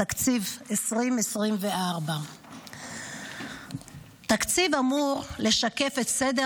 תקציב 2024. תקציב אמור לשקף את סדר